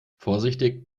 vorsichtig